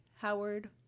Howard